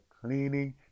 cleaning